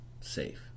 safe